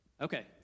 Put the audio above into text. Okay